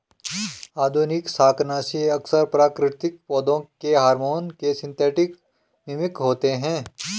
आधुनिक शाकनाशी अक्सर प्राकृतिक पौधों के हार्मोन के सिंथेटिक मिमिक होते हैं